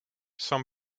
some